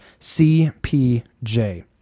cpj